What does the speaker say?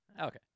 Okay